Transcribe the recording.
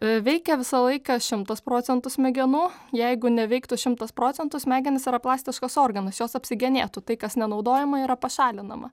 veikia visą laiką šimtas procentų smegenų jeigu neveiktų šimtas procentų smegenys yra plastiškas organas jos apsigenėtų tai kas nenaudojama yra pašalinama